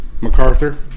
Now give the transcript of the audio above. MacArthur